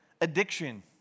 Addiction